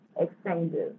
exchanges